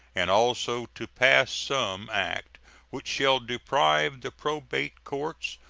and also to pass some act which shall deprive the probate courts,